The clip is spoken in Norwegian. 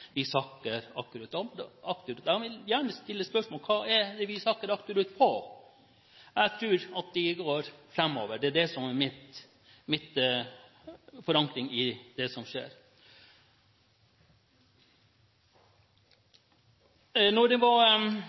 vi sakker akterut. Jeg vil gjerne stille spørsmålet: Hva er det vi sakker akterut på? Jeg tror at vi går framover. Det er min forankring i det som skjer.